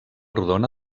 rodona